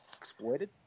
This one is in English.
exploited